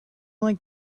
like